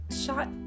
shot